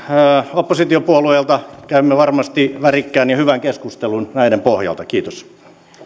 oppositiopuolueilta käymme varmasti värikkään ja hyvän keskustelun näiden pohjalta kiitos